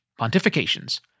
Pontifications